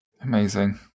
Amazing